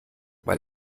weil